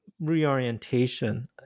Reorientation